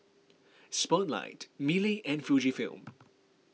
Spotlight Mili and Fujifilm